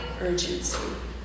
urgency